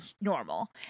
normal